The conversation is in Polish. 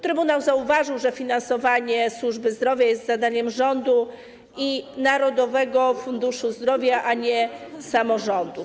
Trybunał zauważył, że finansowanie służby zdrowia jest zadaniem rządu i Narodowego Funduszu Zdrowia, a nie samorządów.